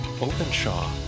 Openshaw